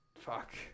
fuck